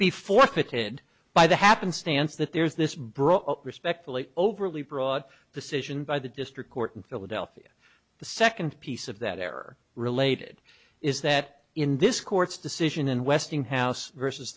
be forfeited by the happenstance that there is this brought up respectfully overly broad decision by the district court in philadelphia the second piece of that error related is that in this court's decision in westinghouse versus